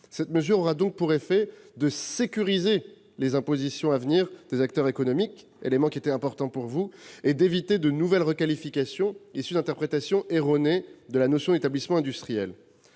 Cette mesure aura donc pour effet de sécuriser les impositions à venir des acteurs économiques- un objectif important pour vous, monsieur le rapporteur général -et d'éviter de nouvelles requalifications issues d'interprétations erronées de la notion d'établissement industriel.